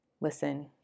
listen